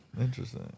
interesting